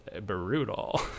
brutal